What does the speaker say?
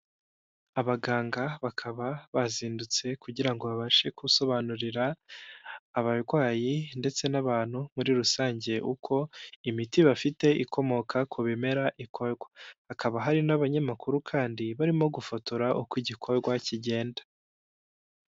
Abaganga bakaba bazindutse kugira ngo babashe gusobanurira abarwayi ndetse n'abantu muri rusange, uko imiti bafite ikomoka ku bimera ikorwa. Hakaba hari n'abanyamakuru kandi barimo gufotora uko igikorwa kigenda.